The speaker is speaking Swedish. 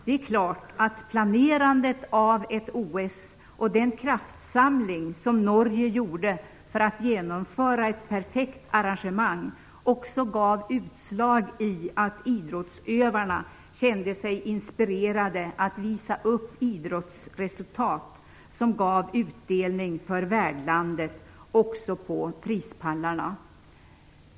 Det är klart att planerandet av ett OS och den kraftsamling som Norge gjorde för att genomföra ett perfekt arrangemang också gav utslag i att idrottsutövarna kände sig inspirerade att visa upp idrottsresultat som gav utdelning för värdlandet också på prispallarna.